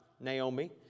Naomi